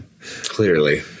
Clearly